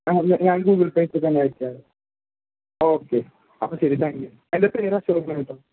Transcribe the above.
ആ ഞാൻ Google Pay ഇപ്പോൾ തന്നെ അയച്ചുതരാം ഓക്കേ അപ്പോൾ ശരി താങ്ക് യു എൻ്റെ പേര് അശോക് എന്നാണ് കേട്ടോ